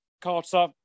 Carter